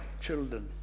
children